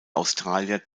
australier